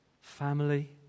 family